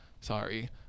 Sorry